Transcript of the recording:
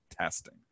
testing